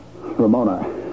Ramona